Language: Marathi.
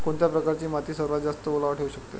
कोणत्या प्रकारची माती सर्वात जास्त ओलावा ठेवू शकते?